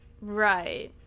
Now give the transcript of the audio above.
Right